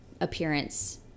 appearance